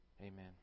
Amen